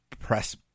press